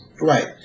Right